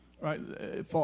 right